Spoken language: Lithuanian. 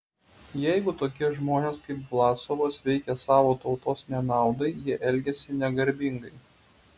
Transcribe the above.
jeigu tokie žmonės kaip vlasovas veikia savo tautos nenaudai jie elgiasi negarbingai